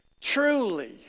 truly